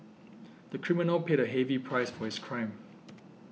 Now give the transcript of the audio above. the criminal paid a heavy price for his crime